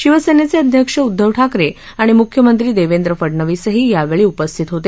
शिवसेनेचे अध्यक्ष उद्धव ठाकरे आणि मूख्यमंत्री देवेंद्र फडनवीसही यावेळी उपस्थित होते